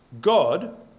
God